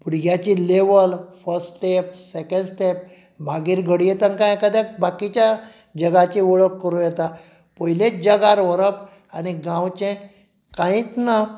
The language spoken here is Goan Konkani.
भुरग्यांचे level first step second step मागीर घडये ताका एकाद्याक बाकीच्या जगाची वळख करूं येता पयलेंच जगार व्हरप आनी गांवचें कांयच ना